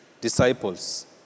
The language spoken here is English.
disciples